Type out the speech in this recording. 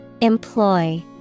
Employ